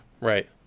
Right